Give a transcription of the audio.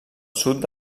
sud